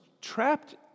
trapped